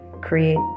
create